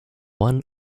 one